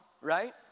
right